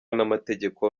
n’amategeko